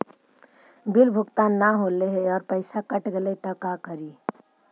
Bill भुगतान न हौले हे और पैसा कट गेलै त का करि?